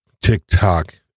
TikTok